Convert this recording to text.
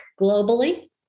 globally